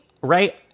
right